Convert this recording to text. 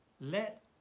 Let